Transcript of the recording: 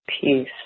peace